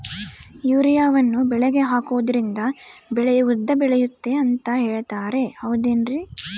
ಯೂರಿಯಾವನ್ನು ಬೆಳೆಗೆ ಹಾಕೋದ್ರಿಂದ ಬೆಳೆ ಉದ್ದ ಬೆಳೆಯುತ್ತೆ ಅಂತ ಹೇಳ್ತಾರ ಹೌದೇನ್ರಿ?